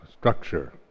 structure